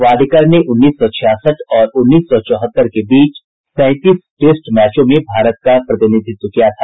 वाडेकर ने उन्नीस सौ छियासठ और उन्नीस सौ चौहत्तर के बीच सैंतीस टेस्ट मैचों में भारत का प्रतिनिधित्व किया था